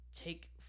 take